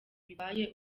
bibaye